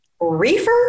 Reefer